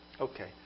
Okay